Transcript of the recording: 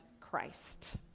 Christ